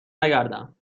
نگردم